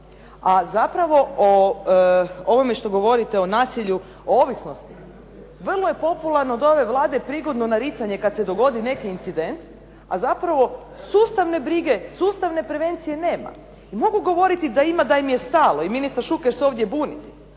A zapravo o ovome što govorite, o nasilju, o ovisnosti, vrlo je popularno od ove Vlade prigodno naricanje kad se dogodi neki incident, a zapravo sustavne brige, sustavne prevencije nema. I mogu govoriti da ima, da im je stalo i ministar Šuker se ovdje buni,